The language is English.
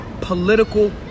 political